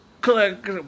Click